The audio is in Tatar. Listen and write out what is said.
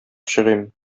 чыгыйм